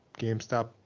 gamestop